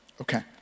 Okay